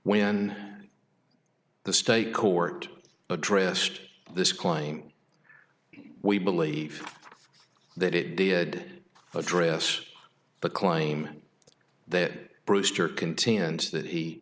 when the state court addressed this claim we believe that it did address the claim that brewster continuance that he